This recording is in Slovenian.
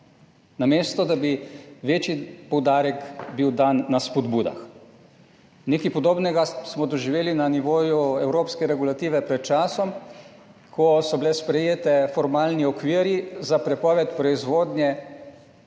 namesto da bi bil večji poudarek bil dan na spodbude. Nekaj podobnega smo doživeli na nivoju evropske regulative pred časom, ko so bili sprejeti formalni okviri za prepoved proizvodnje